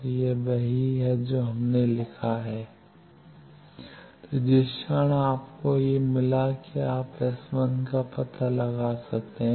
तो यह वही है जो हमने लिखा है βl π 2 तो जिस क्षण आपको मिला कि आप S 11का पता लगा सकते हैं